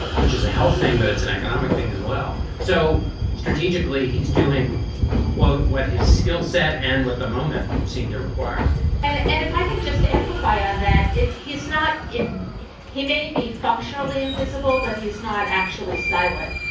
which is a health thing, but it's an economic thing as well. so strategically he's doing what what his skill set and at the moment seem to require and and if i could just amplify on that, it he's not in he may be functionally invisible, but he's not actually silent.